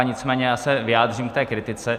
Nicméně se vyjádřím k té kritice.